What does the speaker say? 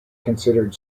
considered